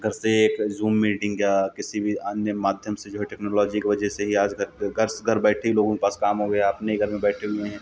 घर से एक ज़ूम मीटिंग क्या किसी भी अन्य माध्यम से जो है टेक्नोलॉजी के वजह से ही आज घर पे घर से घर बैठे ही लोगों के पास काम हो गया है अपने ही घर में बैठे हुए हैं